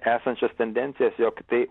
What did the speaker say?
esančias tendencijas jog tai